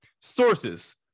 sources